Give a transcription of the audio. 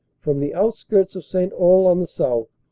from the outskirts of st. olle on the south,